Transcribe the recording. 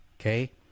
Okay